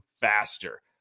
faster